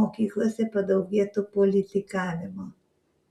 mokyklose padaugėtų politikavimo